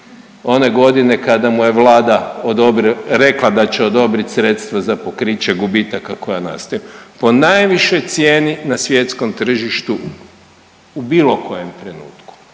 one godine kada mu je Vlada odobri…, rekla da će odobrit sredstva za pokriće gubitaka koja nastaju. Po najvišoj cijeni na svjetskoj tržištu u bilo kojem trenutku